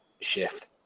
shift